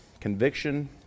conviction